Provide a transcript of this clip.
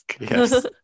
Yes